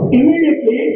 Immediately